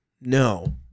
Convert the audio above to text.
No